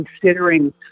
considering